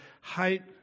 height